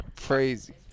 Crazy